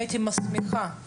הייתי מסמיכה את